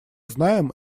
знаем